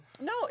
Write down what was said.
No